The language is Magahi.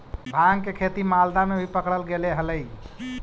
भाँग के खेती मालदा में भी पकडल गेले हलई